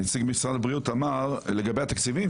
נציג משרד הבריאות אמר לגבי התקציבים,